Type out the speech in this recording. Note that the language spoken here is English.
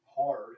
hard